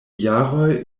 jaroj